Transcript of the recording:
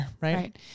Right